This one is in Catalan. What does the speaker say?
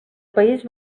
país